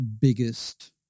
biggest